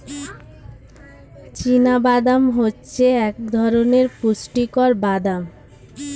চীনা বাদাম হচ্ছে এক ধরণের পুষ্টিকর বাদাম